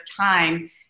time